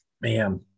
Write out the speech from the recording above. man